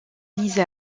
mise